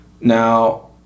now